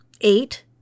eight